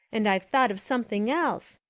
and i've thought of something else.